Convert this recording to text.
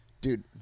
dude